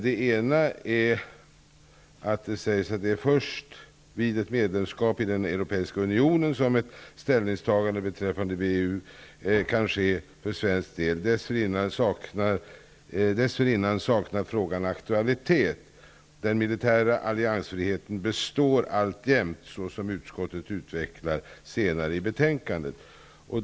Där sägs: ''Det är först vid ett medlemskap i den Europeiska unionen som ett ställningstagande beträffande WEU kan ske för svensk del. Dessförinnan saknar frågan aktualitet. Den militära alliansfriheten består alltjämt såsom utskottet utvecklar senare i detta betänkande.''